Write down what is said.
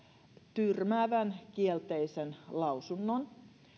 tyrmäävän kielteisen lausunnon